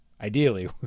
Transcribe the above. ideally